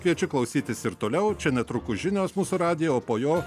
kviečia klausytis ir toliau čia netrukus žinios mūsų radiją o po jo